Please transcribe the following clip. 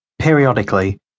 Periodically